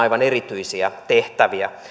aivan erityisiä tehtäviä